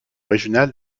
régionale